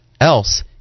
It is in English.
else